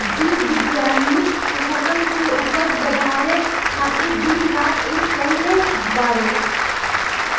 जीव विज्ञानिक फसल के उपज बढ़ावे खातिर दिन रात एक कईले बाड़े